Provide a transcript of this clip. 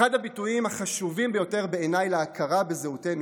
בעיניי אחד הביטויים החשובים ביותר להכרה בזהותנו